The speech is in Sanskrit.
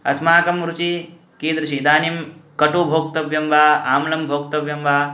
अस्माकं रुचिः कीदृशी इदानीं कटुः भोक्तव्यं वा आम्लं भोक्तव्यं वा